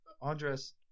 Andres